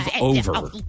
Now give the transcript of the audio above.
over